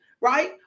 right